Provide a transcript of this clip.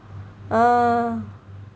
err